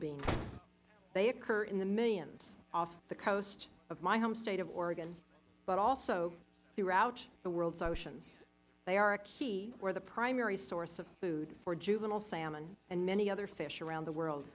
bean they occur in the millions off the coast of my home state of oregon but also throughout the world's oceans they are a key or the primary source of food for juvenile salmon and many other fish around the world